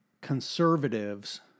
conservatives